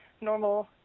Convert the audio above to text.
normal